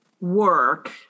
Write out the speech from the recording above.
work